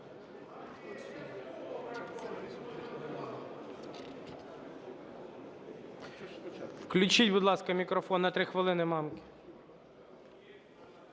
Включіть, будь ласка, мікрофон на 3 хвилини Мамки.